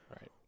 Right